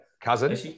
cousin